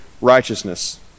righteousness